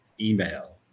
email